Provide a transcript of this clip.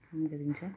काम गरिन्छ